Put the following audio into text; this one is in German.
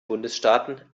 bundesstaaten